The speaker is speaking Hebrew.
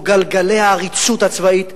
או גלגלי העריצות הצבאית.